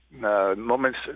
moments